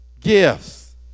gifts